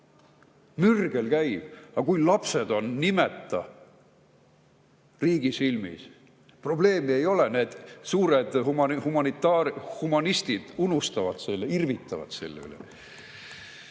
mürgel käib. Aga kui lapsed on riigi silmis nimeta, siis probleemi ei ole. Need suured humanistid unustavad selle, irvitavad selle üle.